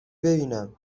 ببینم